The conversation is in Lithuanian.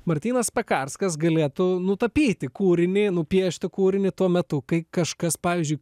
martynas pekarskas galėtų nutapyti kūrinį nupiešti kūrinį tuo metu kai kažkas pavyzdžiui